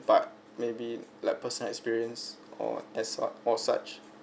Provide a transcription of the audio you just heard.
but maybe like personal experience or as what or such